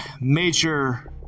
major